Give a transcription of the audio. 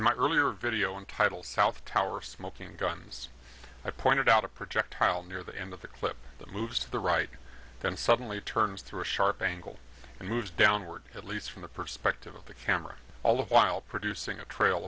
guns earlier video entitle south tower smoking guns i pointed out a projectile near the end of the clip that moves to the right then suddenly turns through a sharp angle and moves downward at least from the perspective of the camera all of while producing a trail